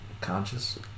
Conscious